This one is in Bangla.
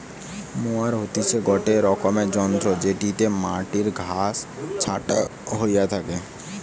মোয়ার হতিছে গটে রকমের যন্ত্র জেটিতে মাটির ঘাস ছাটা হইয়া থাকে